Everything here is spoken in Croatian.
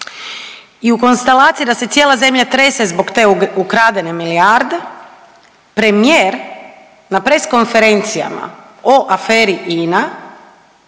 i u konstelaciji da se cijela zemlja trese zbog te ukradene milijarde premijer na press konferencijama o aferi INA